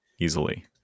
easily